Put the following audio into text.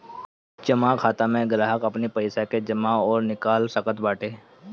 जमा खाता में ग्राहक अपनी पईसा के जमा अउरी निकाल सकत बाटे